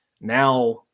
now